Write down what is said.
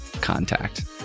contact